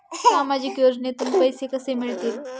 सामाजिक योजनेतून पैसे कसे मिळतील?